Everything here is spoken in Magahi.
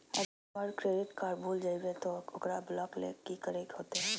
अगर हमर क्रेडिट कार्ड भूल जइबे तो ओकरा ब्लॉक लें कि करे होते?